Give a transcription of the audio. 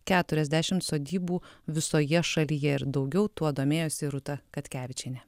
keturiasdešimt sodybų visoje šalyje ir daugiau tuo domėjosi rūta katkevičienė